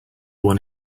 one